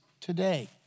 today